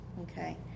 Okay